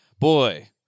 boy